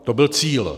To byl cíl.